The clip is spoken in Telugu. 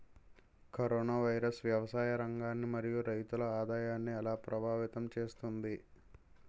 కరోనా వైరస్ వ్యవసాయ రంగాన్ని మరియు రైతుల ఆదాయాన్ని ఎలా ప్రభావితం చేస్తుంది?